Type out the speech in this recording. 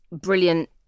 brilliant